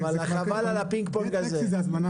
חבל על הפינג פונג הזה.